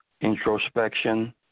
introspection